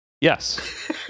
Yes